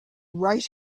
right